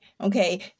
okay